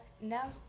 Now